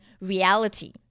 reality